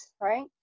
Right